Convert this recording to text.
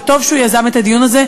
וטוב שהוא יזם את הדיון הזה,